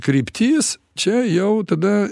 kryptis čia jau tada